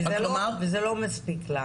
וזה לא מספיק?